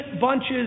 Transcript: bunches